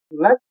let